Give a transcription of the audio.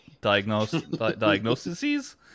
diagnoses